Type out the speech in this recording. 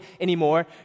anymore